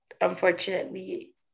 unfortunately